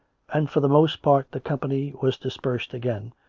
and for the most part the company was dispersed again,